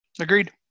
Agreed